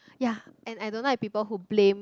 ya and I don't like people who blame